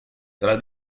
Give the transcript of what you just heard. tra